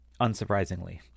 unsurprisingly